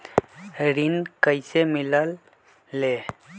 ऋण कईसे मिलल ले?